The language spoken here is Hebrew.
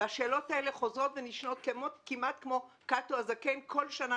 והשאלות האלה חוזרות ונשנות כמעט כמו קאטו הזקן בכל שנה